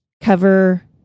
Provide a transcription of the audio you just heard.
cover